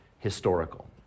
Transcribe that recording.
Historical